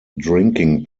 drinking